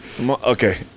okay